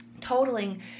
totaling